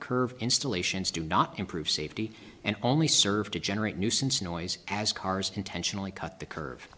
curve installations do not improve safety and only serve to generate nuisance noise as cars intentionally cut the